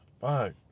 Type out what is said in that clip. fuck